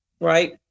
right